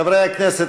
חברי הכנסת,